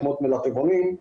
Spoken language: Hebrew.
כמו מלפפונים.